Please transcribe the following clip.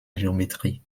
géométrie